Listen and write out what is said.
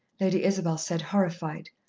lady isabel said, horrified.